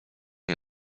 nie